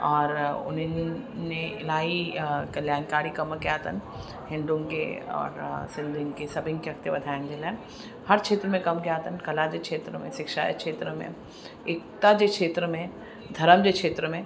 औरि उन ने इलाही कल्याण कारी कम कया अथनि हिंदुअनि खे औरि सिंधियुनि खे सभिनि खे अॻिते वधाइनि जे लाइ हर खेत्र में कम कया अथनि कला जे खेत्र में शिक्षा जे क्षेत्र में एकता जे खेत्र में धर्म जे खेत्र में